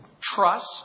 trust